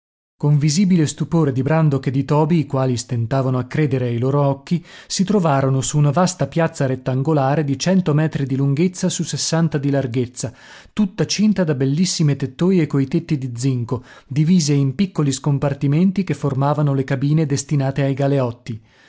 con visibile stupore di brandok e di toby i quali stentavano a credere ai loro occhi si trovarono su una vasta piazza rettangolare di cento metri di lunghezza su sessanta di larghezza tutta cinta da bellissime tettoie coi tetti di zinco divise in piccoli scompartimenti che formavano le cabine destinate ai galeotti